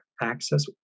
access